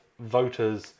voters